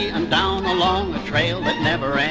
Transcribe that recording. and that never ends